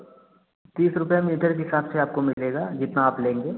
तीस रुपए मीटर के हिसाब से आपको मिलेगा जितना आप लेंगे